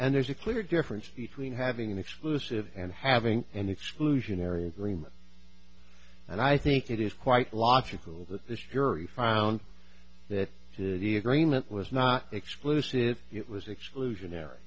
and there's a clear difference between having an exclusive and having an exclusionary agreement and i think it is quite logical that this jury found that the agreement was not explosive it was exclusionary